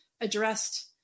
addressed